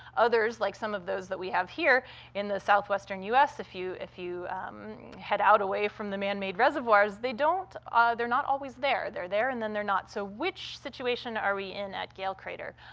others like some of those that we have here in the southwestern u s, if you if you head out away from the manmade reservoirs, they don't ah they're not always there. they're there and then they're not. so which situation are we in at gale crater?